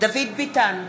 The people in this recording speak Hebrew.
דוד ביטן,